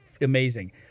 amazing